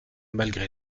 malgré